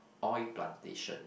oil plantation